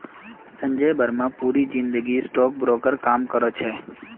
संजय बर्मा पूरी जिंदगी stock broker काम करो छे